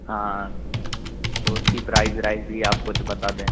हाँ तो उसकी प्राइज़ व्राइज भी आप कुछ बता दें